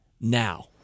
now